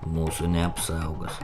mūsų neapsaugos